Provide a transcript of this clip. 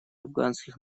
афганских